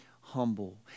humble